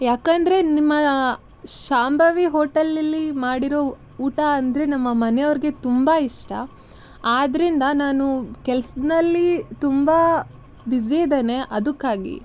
ಯಾಕೆಂದ್ರೆ ನಿಮ್ಮ ಶಾಂಭವಿ ಹೋಟೆಲಲ್ಲಿ ಮಾಡಿರೋ ಊಟ ಅಂದರೆ ನಮ್ಮ ಮನೆಯವ್ರಿಗೆ ತುಂಬ ಇಷ್ಟ ಆದ್ದರಿಂದ ನಾನು ಕೆಲ್ಸದಲ್ಲಿ ತುಂಬ ಬಿಝಿ ಇದ್ದೇನೆ ಅದಕ್ಕಾಗಿ